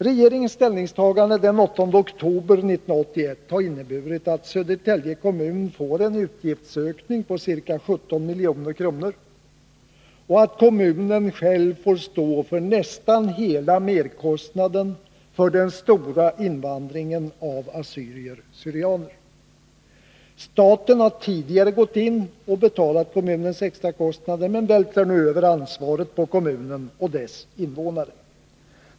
Regeringens ställningstagande den 8 oktober 1981 har inneburit att Södertälje kommun får en utgiftsökning på ca 17 milj.kr. och att kommunen själv får stå för nästan hela merkostnaden för den stora invandringen av assyrier/syrianer. Staten har tidigare gått in och betalat kommunens extra kostnader men vältrar nu över ansvaret på kommunen och dess invånare.